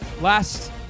Last